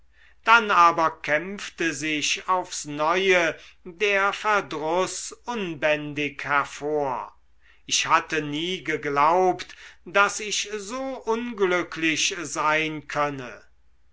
dann aber kämpfte sich aufs neue der verdruß unbändig hervor ich hatte nie geglaubt daß ich so unglücklich sein könne